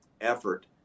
effort